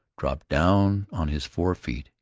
dropped down on his four feet,